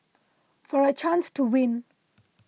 for a chance to win